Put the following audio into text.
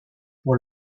pour